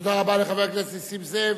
תודה רבה לחבר הכנסת נסים זאב.